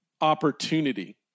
opportunity